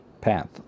path